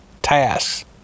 tasks